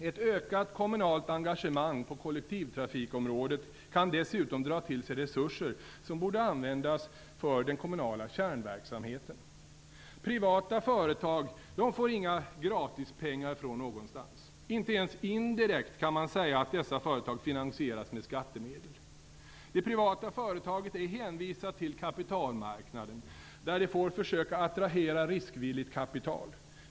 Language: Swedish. Ett ökat kommunalt engagemang på kollektivtrafikområdet kan dessutom dra till sig resurser som borde användas för den kommunala kärnverksamheten. Privata företag får inga gratispengar någonstans ifrån. Man kan inte ens säga att dessa företag indirekt finansieras med skattemedel. Det privata företaget är hänvisat till kapitalmarknaden där det får försöka attrahera riskvilligt kapital.